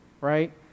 right